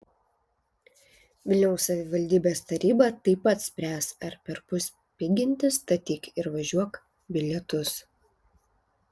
vilniaus savivaldybės taryba taip pat spręs ar perpus piginti statyk ir važiuok bilietus